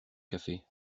café